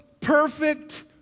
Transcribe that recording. Perfect